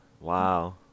wow